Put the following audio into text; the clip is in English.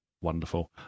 wonderful